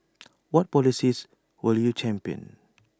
what policies will you champion